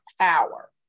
power